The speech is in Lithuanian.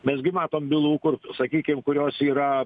mes gi matom bylų kur sakykim kurios yra